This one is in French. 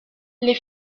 les